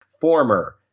former